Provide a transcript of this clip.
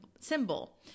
symbol